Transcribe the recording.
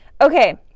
Okay